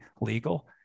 legal